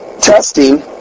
testing